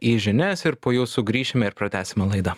į žinias ir po jų sugrįšime ir pratęsime laidą